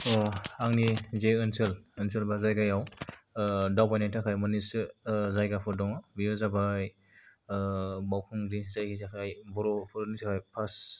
आंनि जे ओनसोल एबा जायगायाव दावबायनायनि थाखाय मोननैसो जायगाफोर दङ बेयो जाबाय बावखुंग्रि जायनि थाखाय बर'फोरनि थाखाय फार्सट